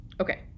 Okay